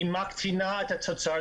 היא מקטינה את התוצר.